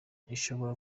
ishobora